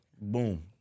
boom